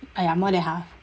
ah ya more than half